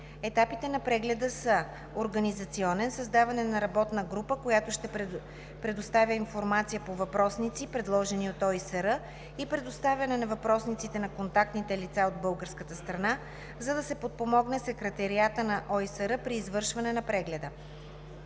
Етапите на прегледа са: организационен, създаване на работна група, която ще предоставя информация по въпросници, предложени от ОИСР и предоставяне на въпросниците на контактните лица от българска страна, за да се подпомогне Секретариатът на ОИСР при извършване на прегледа.